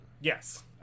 Yes